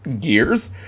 years